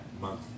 month